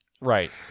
Right